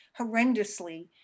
horrendously